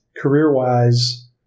career-wise